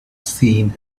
seen